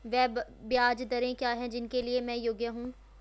वे ब्याज दरें क्या हैं जिनके लिए मैं योग्य हूँ?